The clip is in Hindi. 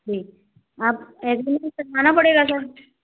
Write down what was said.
जी आप एग्रीमेंट बनवाना पड़ेगा क्या